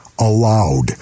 allowed